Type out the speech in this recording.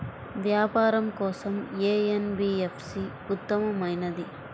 వ్యాపారం కోసం ఏ ఎన్.బీ.ఎఫ్.సి ఉత్తమమైనది?